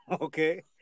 Okay